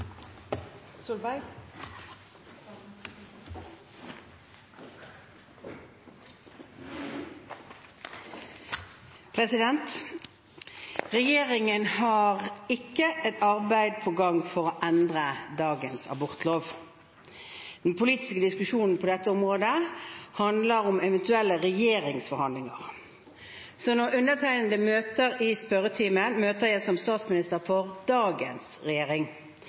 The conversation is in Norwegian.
Regjeringen har ikke et arbeid på gang for å endre dagens abortlov. Den politiske diskusjonen på dette området handler om eventuelle regjeringsforhandlinger. Når undertegnede møter i spørretimen, møter jeg som statsminister for dagens regjering.